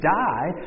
die